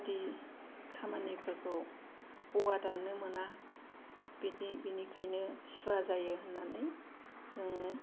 बायदि खामानिफोरखौ औवा दान्नो मोना बिदि बेनिखायनो सुवा जायो होन्नानै जोङो